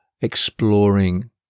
exploring